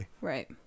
right